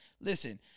listen